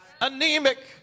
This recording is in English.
Anemic